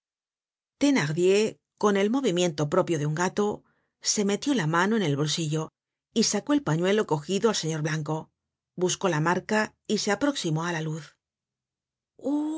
prisionero thenardier con el movimiento propio de un gato se metió la mano en el bolsillo y sacó el pañuelo cogido al señor blanco buscó la marca y se aproximó á la luz